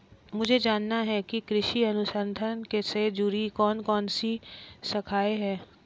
मुझे जानना है कि कृषि अनुसंधान से जुड़ी कौन कौन सी शाखाएं हैं?